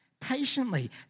patiently